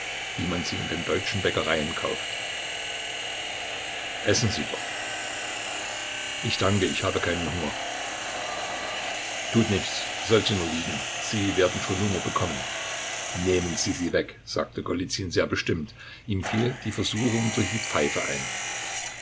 wie man sie in den deutschen bäckereien kauft essen sie doch ich danke ich habe keinen hunger tut nichts soll sie nur liegen sie werden schon hunger bekommen nehmen sie sie weg sagte golizyn sehr bestimmt ihm fiel die versuchung durch die pfeife ein